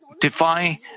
defy